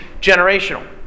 generational